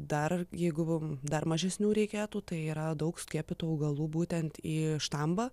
dar jeigu dar mažesnių reikėtų tai yra daug skiepytų augalų būtent į štambą